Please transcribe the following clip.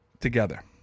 together